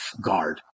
guard